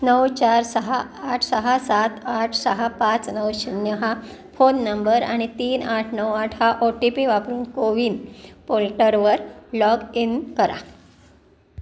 नऊ चार सहा आठ सहा सात आठ सहा पाच नऊ शून्य हा फोन नंबर आणि तीन आठ नऊ आठ हा ओ टी पी वापरून कोविन पोल्टरवर लॉग इन करा